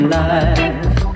life